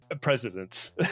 presidents